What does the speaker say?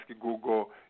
Google